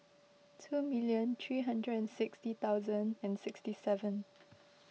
two million three hundred and sixty thousand and sixty seven